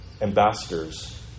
ambassadors